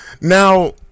now